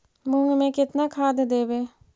मुंग में केतना खाद देवे?